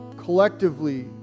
Collectively